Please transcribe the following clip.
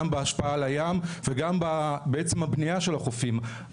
גם בהשפעה על הים וגם בעצם הבנייה של החופים.